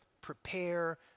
prepare